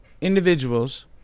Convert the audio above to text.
individuals